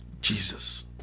Jesus